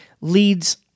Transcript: leads